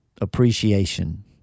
appreciation